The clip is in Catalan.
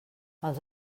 els